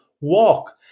walk